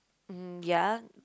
mm ya